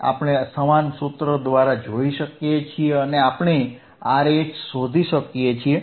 RH આપણે સમાન સૂત્ર દ્વારા જોઈ શકીએ છીએ અને આપણે RH શોધી શકીએ છીએ